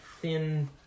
thin